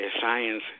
science